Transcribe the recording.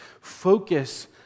Focus